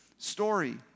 story